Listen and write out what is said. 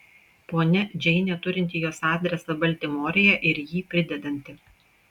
ponia džeinė turinti jos adresą baltimorėje ir jį pridedanti